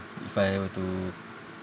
if I were to